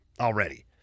already